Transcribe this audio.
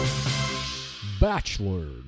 Bachelor